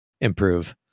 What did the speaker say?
improve